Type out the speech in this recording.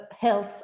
health